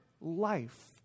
life